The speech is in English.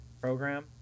program